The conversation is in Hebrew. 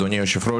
אדוני היושב-ראש,